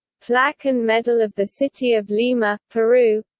plaque and medal of the city of lima, peru